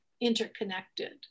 interconnected